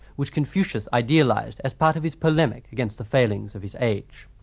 which confucius idealised as part of his polemic against the failings of his age.